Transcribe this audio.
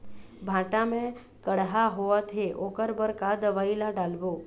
भांटा मे कड़हा होअत हे ओकर बर का दवई ला डालबो?